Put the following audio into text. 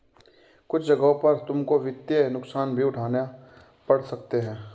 कुछ जगहों पर तुमको वित्तीय नुकसान भी उठाने पड़ सकते हैं